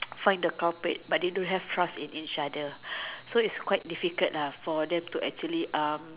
find the culprit but they don't have trust in each other so it's quite difficult lah for them to actually um